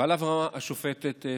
ועליו אמרה השופטת פרוקצ'יה,